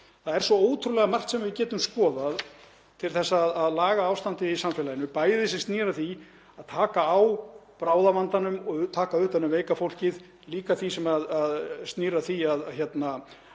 Það er svo ótrúlega margt sem við getum skoðað til að laga ástandið í samfélaginu, bæði sem snýr að því að taka á bráðavandanum og taka utan um veika fólkið, líka það sem snýr að því að laga